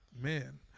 man